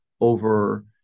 over